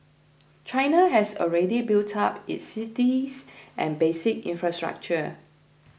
China has already built up its cities and basic infrastructure